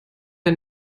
der